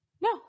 No